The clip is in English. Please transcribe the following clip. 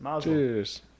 Cheers